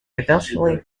eventually